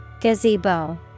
Gazebo